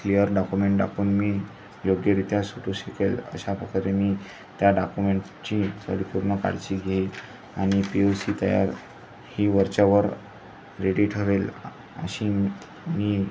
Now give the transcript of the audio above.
clear document दाखवुन मी योग्यरित्या सुटू शिकेल अशा प्रकारे मी त्या डाक्युमेंटची परीपूर्ण काळजी घेईन आणि पी यु सी तयार ही वरच्यावर रेडी ठेवेल अशी मी